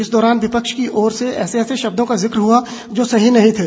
इस दौरान विपक्ष की ओर से ऐसे ऐसे शब्दों का जिक्र हुआ जो सही नहीं थे